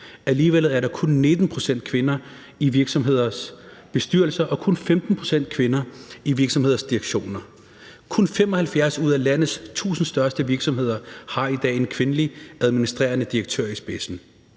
alligevel er der kun 19 pct. kvinder i virksomheders bestyrelser og kun 15 pct. kvinder i virksomheders direktioner. Kun 75 ud af landets 1.000 største virksomheder har i dag en kvindelig administrerende direktør i spidsen.